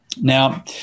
Now